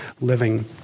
living